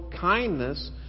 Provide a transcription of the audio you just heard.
kindness